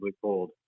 cold